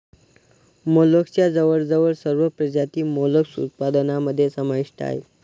मोलस्कच्या जवळजवळ सर्व प्रजाती मोलस्क उत्पादनामध्ये समाविष्ट आहेत